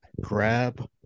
grab